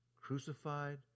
crucified